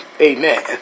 Amen